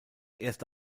erste